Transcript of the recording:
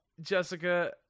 Jessica